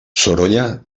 sorolla